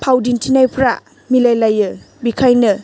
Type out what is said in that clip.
फाव दिन्थिनायफोरा मिलाय लायो बेनिखायनो